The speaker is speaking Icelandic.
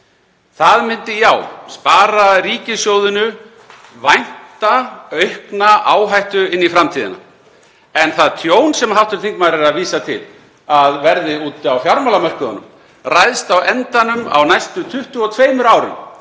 Það myndi, já, spara ríkissjóði vænta aukna áhættu inn í framtíðina en það tjón sem hv. þingmaður er að vísa til að verði úti á fjármálamörkuðunum ræðst á endanum á næstu 22 árum